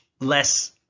less